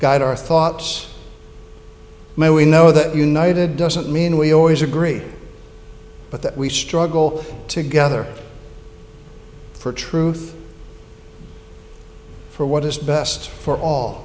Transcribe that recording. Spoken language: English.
god our thoughts my we know that united doesn't mean we always agree but that we struggle together for truth for what is best for all